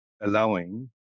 allowing